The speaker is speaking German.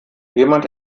jemand